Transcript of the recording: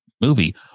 movie